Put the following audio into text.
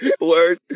Word